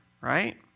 right